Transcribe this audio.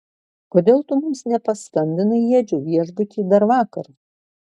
kodėl tu mums nepaskambinai į edžio viešbutį dar vakar